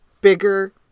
bigger